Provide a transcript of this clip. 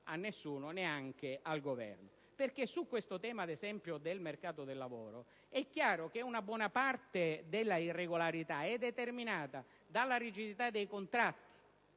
a nessuno, neanche al Governo. Sul tema del mercato del lavoro è chiaro che una buona parte dell'irregolarità è determinata dalla rigidità dei contratti